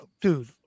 Dude